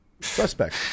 Suspect